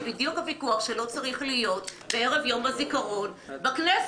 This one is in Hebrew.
זה בדיוק הוויכוח שלא צריך להיות בערב יום הזיכרון בכנסת.